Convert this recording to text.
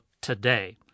today